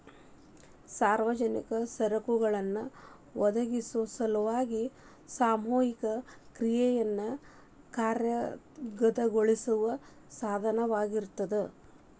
ಸಾರ್ವಜನಿಕ ಸರಕುಗಳನ್ನ ಒದಗಿಸೊ ಸಲುವಾಗಿ ಸಾಮೂಹಿಕ ಕ್ರಿಯೆಯನ್ನ ಕಾರ್ಯಗತಗೊಳಿಸೋ ಸಾಧನವಾಗಿರ್ತದ